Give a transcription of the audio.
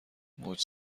موج